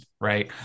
right